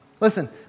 Listen